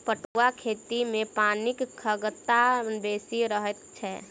पटुआक खेती मे पानिक खगता बेसी रहैत छै